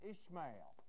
Ishmael